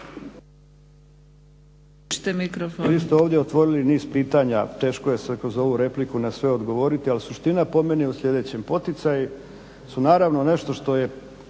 Hvala